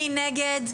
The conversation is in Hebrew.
מי נגד?